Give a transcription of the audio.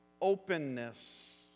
openness